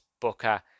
booker